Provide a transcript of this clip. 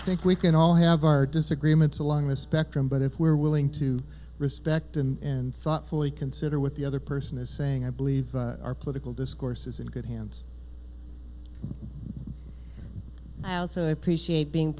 i think we can all have our disagreements along the spectrum but if we're willing to respect him and thoughtfully consider what the other person is saying i believe our political discourse is in good hands i also appreciate being